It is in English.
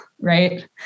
right